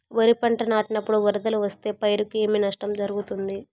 వరిపంట నాటినపుడు వరదలు వస్తే పైరుకు ఏమి నష్టం జరుగుతుంది?